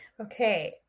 Okay